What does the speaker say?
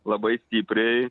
labai stipriai